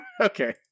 Okay